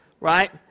right